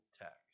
text